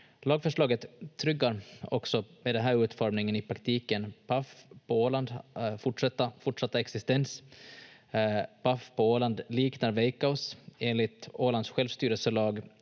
Lagförslaget tryggar också med den här utformningen i praktiken Pafs fortsatta existens på Åland. Paf på Åland liknar Veikkaus. Enligt Ålands självstyrelselag